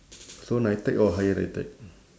so nitec or higher nitec